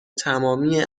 تمامی